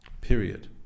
Period